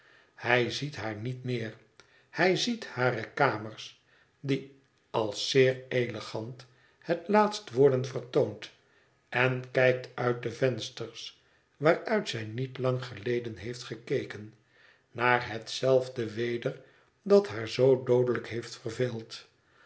hij ziet haar niet meer hij ziet hare kamers die als zeer elegant het laatst worden vertoond en kijkt uit de vensters waaruit zij niet lang geleden heeft gekeken naar hetzelfde weder dat haar zoo doodelijk heeft verveeld